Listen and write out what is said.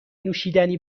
نوشیدنی